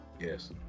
Yes